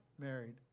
married